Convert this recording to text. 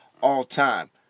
all-time